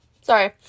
Sorry